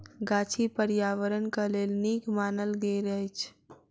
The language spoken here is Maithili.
गाछी पार्यावरणक लेल नीक मानल गेल अछि